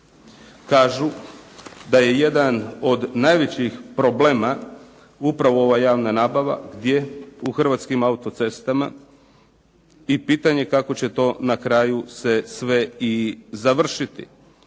kažu da je jedan od najvećih problema upravo ova javna nabava gdje u "Hrvatskim autocestama" i pitanje kako će to na kraju se sve i završiti.